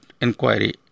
inquiry